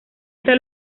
esta